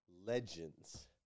legends